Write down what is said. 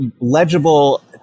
legible